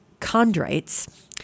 chondrites